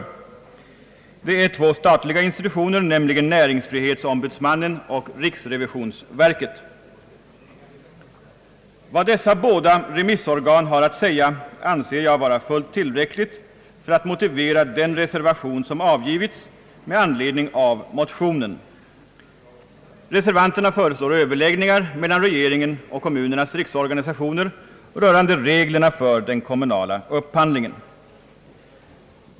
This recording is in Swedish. Det är två statliga institutioner, nämligen näringsfrihetsombudsmannen och = riksrevisionsverket. Vad dessa båda remissorgan har att säga, anser jag vara fullt tillräckligt för att motivera den reservation som avgivits med anledning av motionen. Reservanterna = föreslår överläggningar mellan regeringen och kommunernas riksorganisationer rörande reglerna för den kommunala upphandlingen.